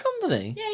Company